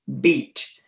beat